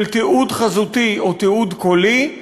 של תיעוד חזותי או תיעוד קולי,